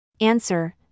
Answer